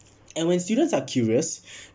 and when students are curious